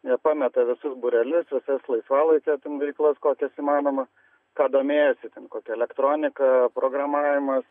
jie pameta visus būrelius visas laisvalaikio veiklas kokias įmanoma ką domėjosi ten kokia elektronika programavimas